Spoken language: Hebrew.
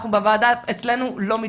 בוועדה אצלנו לא מתפרצים.